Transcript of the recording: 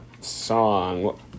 song